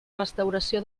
restauració